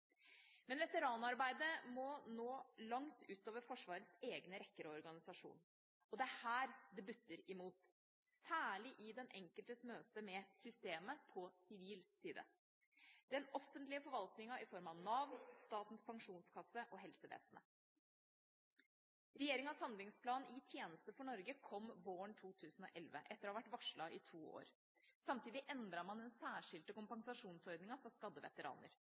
Men veteranarbeidet må nå langt utover Forsvarets egne rekker og organisasjoner, og det er her det butter imot, særlig i den enkeltes møte med systemet på sivil side, den offentlige forvaltninga i form av Nav, Statens Pensjonskasse og helsevesenet. Regjeringas handlingsplan I tjeneste for Norge kom våren 2011, etter å ha vært varslet i to år. Samtidig endret man den særskilte kompensasjonsordninga for